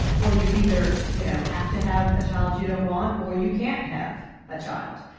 or you either you know have to have a child you don't want, or you can't have a child.